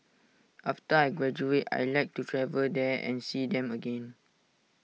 after I graduate I'd like to travel there and see them again